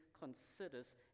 considers